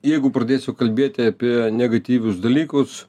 jeigu pradėsiu kalbėti apie negatyvius dalykus